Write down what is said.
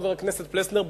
חבר הכנסת פלסנר,